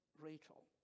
Rachel